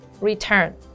Return